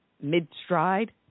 mid-stride